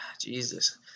Jesus